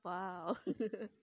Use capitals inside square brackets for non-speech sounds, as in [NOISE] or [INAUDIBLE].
!wow! [LAUGHS]